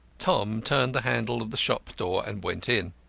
tom turned the handle of the shop door and went in.